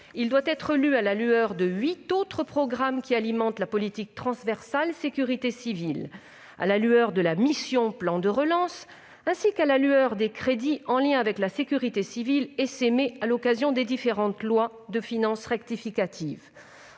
il doit être lu à la lueur des huit autres programmes qui alimentent la politique transversale « Sécurité civile », à la lueur de la mission « Plan de relance », ainsi qu'à la lueur des crédits en lien avec la sécurité civile essaimés à l'occasion des différentes lois de finances rectificatives.